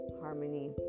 harmony